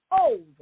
over